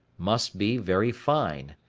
must be very fine.